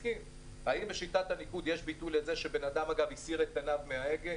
האם בשיטת הניקוד יש ביטוי לזה שבן אדם הסיר את עיניו מההגה?